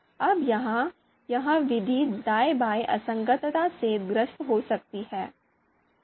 अब यहाँ यह विधि दाएँ बाएँ असंगतता से ग्रस्त हो सकती है